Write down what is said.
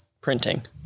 printing